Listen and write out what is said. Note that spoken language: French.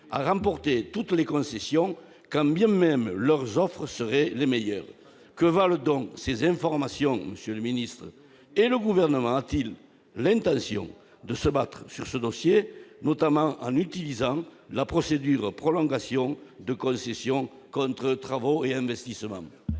de remporter toutes les concessions, quand bien même leurs offres seraient les meilleures. Monsieur le ministre, que valent donc ces informations ? Le Gouvernement a-t-il l'intention de se battre sur ce dossier, notamment en utilisant la procédure de prolongation des concessions contre travaux et investissements ?